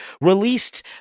released